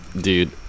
dude